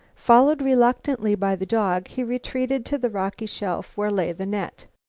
followed reluctantly by the dog, he retreated to the rocky shelf where lay the net.